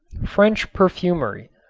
french perfumery,